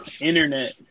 internet